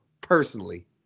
personally